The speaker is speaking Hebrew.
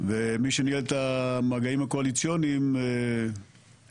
ומי שניהל את המגעים הקואליציוניים לא